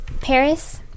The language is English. Paris